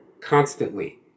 constantly